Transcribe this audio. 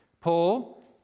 Paul